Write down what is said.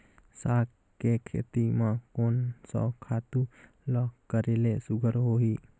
साग के खेती म कोन स खातु ल करेले सुघ्घर होही?